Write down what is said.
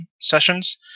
sessions